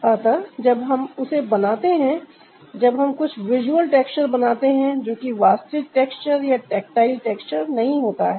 अतः जब हम उसे बनाते हैं जब हम कुछ विजुअल टेक्सचर बनाते हैं जो कि वास्तविक टेक्सचर या टेक्टाइल टेक्सचर नहीं होता है